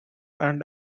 and